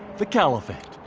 the caliphate.